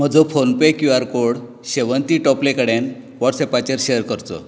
म्हजो PhonePe Q R code शेवन्ती टोपले कडेन व्हॉट्सॅपाचेर शॅर करचो